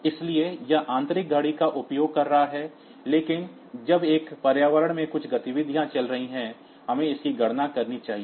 इसलिए यह आंतरिक घड़ी का उपयोग कर रहा है लेकिन जब तक पर्यावरण में कुछ गतिविधि चल रही है हमें इसकी गणना करनी चाहिए